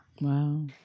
Wow